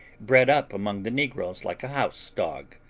bred up among the negroes like a house-dog.